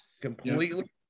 completely